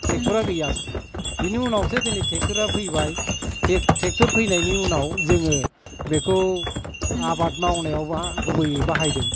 थेक्टरा गैयामोन बेनि उनावसो दिनै ट्रेक्टरा फैबाय थे ट्रेक्टर फैनायनि उनाव जोङो बेखौ आबाद मावनायाव बा गुबैयै बाहायदों